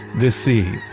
this sea,